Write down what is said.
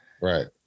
right